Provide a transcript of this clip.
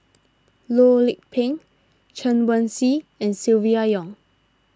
Loh Lik Peng Chen Wen Hsi and Silvia Yong